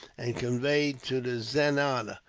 and conveyed to the zenana,